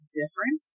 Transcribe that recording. different